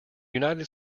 united